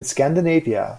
scandinavia